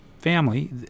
family